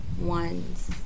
ones